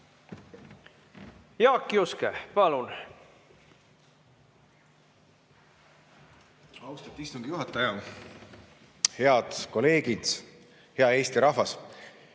Jaak Juske, palun! Austatud istungi juhataja! Head kolleegid! Hea Eesti rahvas!